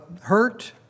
hurt